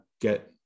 get